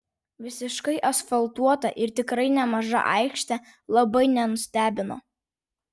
visiškai asfaltuota ir tikrai nemaža aikštė labai nenustebino